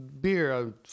beer